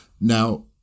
Now